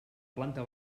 planta